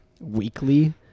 weekly